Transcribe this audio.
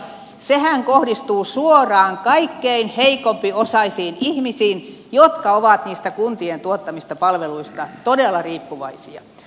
sehän kohdistuu suoraan kaikkein heikko osaisimpiin ihmisiin jotka ovat niistä kuntien tuottamista palveluista todella riippuvaisia